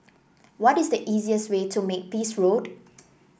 what is the easiest way to Makepeace Road